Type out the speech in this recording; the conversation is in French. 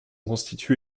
constitué